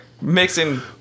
Mixing